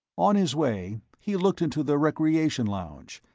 on his way he looked into the recreation lounge,